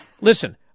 Listen